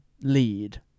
lead